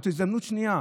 זאת הזדמנות שנייה.